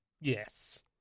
Yes